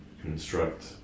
construct